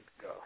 go